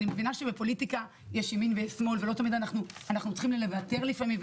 אני מבינה שבפוליטיקה יש ימין ויש שמאל ואנחנו צריכים לוותר לפעמים,